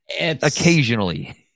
occasionally